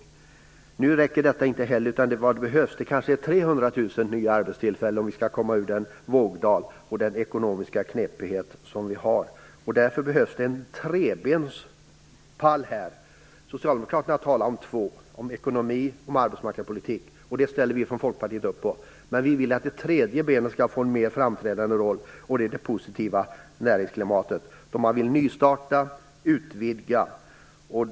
Inte heller det räcker nu, utan vad som behövs är kanske 300 000 nya arbetstillfällen, om vi skall komma ut ur den vågdal och det ekonomiskt knepiga läge som vi har. Det behövs här en "trebenspall". Socialdemokraterna talar om två saker, om ekonomi och om arbetsmarknadspolitik, och det ställer vi oss från Folkpartiet bakom, men vi vill att ett tredje ben skall få en mer framträdande roll, nämligen ett positivt näringsklimat för dem som vill nystarta och utvidga.